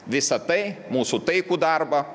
visa tai mūsų taikų darbą